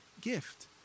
gift